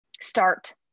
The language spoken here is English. Start